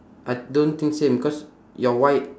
I don't think same because your white